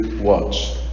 watch